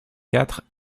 quatre